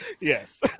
yes